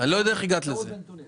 יודע איך הגעת לזה.